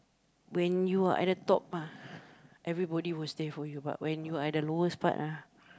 when you are at the top everybody will stay for you but when you're at the lowest part